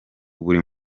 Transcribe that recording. buri